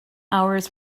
hours